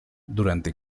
durante